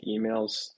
emails